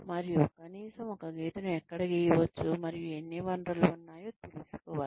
మరియు కనీసం ఒక గీతను ఎక్కడ గీయవచ్చు మరియు ఎన్ని వనరులు ఉన్నాయో తెలుసుకోవాలి